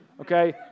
Okay